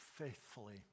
faithfully